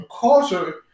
Culture